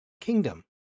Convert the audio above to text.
Kingdom